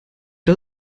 das